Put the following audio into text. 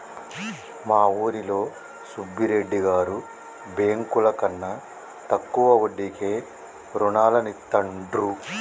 మా ఊరిలో సుబ్బిరెడ్డి గారు బ్యేంకుల కన్నా తక్కువ వడ్డీకే రుణాలనిత్తండ్రు